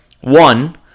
one